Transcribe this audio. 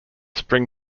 spring